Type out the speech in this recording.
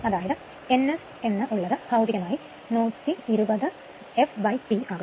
അതായത് n S എന്ന് ഉള്ളത് ഭൌതികമായി 120 fP ആകുന്നു